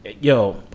yo